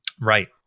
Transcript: right